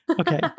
Okay